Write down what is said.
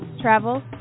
travel